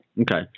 Okay